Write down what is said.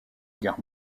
guerre